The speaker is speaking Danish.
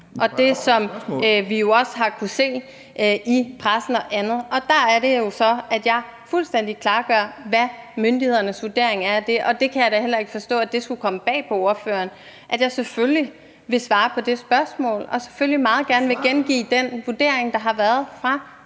og det, som vi jo også har kunnet se i pressen og andre steder. Der er det jo så, at jeg fuldstændig gør klart, hvad myndighedernes vurdering er af det. Jeg kan da heller ikke forstå, at det skulle komme bag på ordføreren, at jeg selvfølgelig vil svare på det spørgsmål, og jeg vil selvfølgelig meget gerne gengive den vurdering, der har været fra